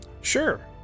Sure